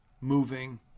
moving